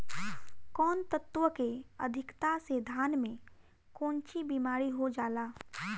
कौन तत्व के अधिकता से धान में कोनची बीमारी हो जाला?